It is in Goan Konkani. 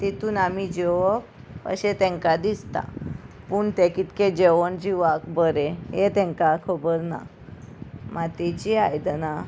ते आमी जेवप अशें तेंका दिसता पूण तें कितके जेवण जिवाक बरें हें तेंकां खबर ना मातयेची आयदनां